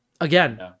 again